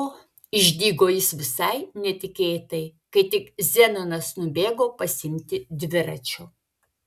o išdygo jis visai netikėtai kai tik zenonas nubėgo pasiimti dviračio